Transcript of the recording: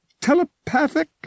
telepathic